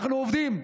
אנחנו עובדים,